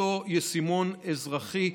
אותו יישומון אזרחי,